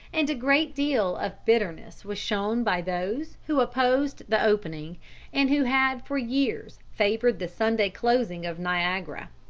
and a great deal of bitterness was shown by those who opposed the opening and who had for years favored the sunday closing of niagara.